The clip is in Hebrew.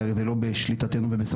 כי הרי זה לא בשליטתנו ובסמכותנו.